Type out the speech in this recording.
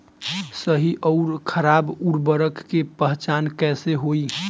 सही अउर खराब उर्बरक के पहचान कैसे होई?